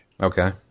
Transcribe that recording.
okay